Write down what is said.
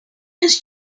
has